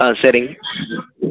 ஆ சரி